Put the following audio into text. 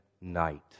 night